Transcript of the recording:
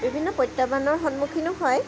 বিভিন্ন প্ৰত্যাহ্বানৰ সন্মুখীনো হয়